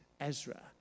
Ezra